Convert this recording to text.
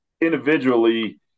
individually